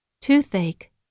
toothache